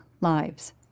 lives